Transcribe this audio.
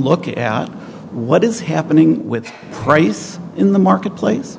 look at what is happening with price in the marketplace